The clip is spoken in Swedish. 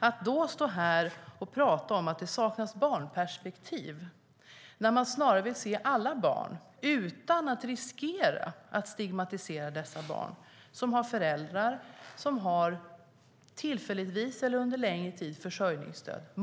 Man står här och säger att det saknas barnperspektiv när vi snarare vill se alla barn utan att riskera att stigmatisera dem vars föräldrar tillfälligtvis eller under längre tid har försörjningsstöd.